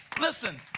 Listen